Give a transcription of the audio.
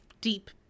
deep